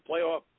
playoff